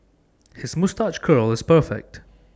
his moustache curl is perfect